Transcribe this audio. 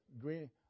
green